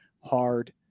hard